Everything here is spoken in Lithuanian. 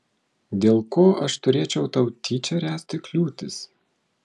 dėl ko aš turėčiau tau tyčia ręsti kliūtis